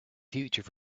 future